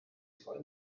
zwar